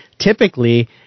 typically